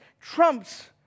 trumps